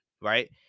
right